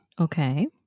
Okay